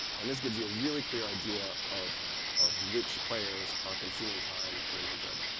and this gives you a really clear idea of of which players are consuming time on your main thread.